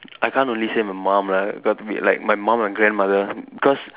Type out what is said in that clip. I can't only say my mum lah it got to be like my mum and my grandmother cause